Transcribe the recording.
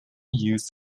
used